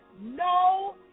No